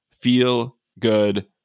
feel-good